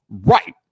Right